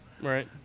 Right